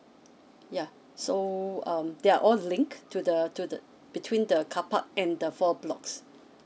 yeah so um they're all the link to the to the between the carpark and the four blocks